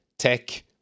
tech